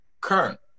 current